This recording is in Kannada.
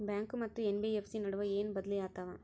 ಬ್ಯಾಂಕು ಮತ್ತ ಎನ್.ಬಿ.ಎಫ್.ಸಿ ನಡುವ ಏನ ಬದಲಿ ಆತವ?